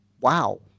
wow